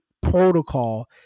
protocol